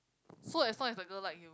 so as long as the girl like you